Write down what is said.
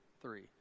three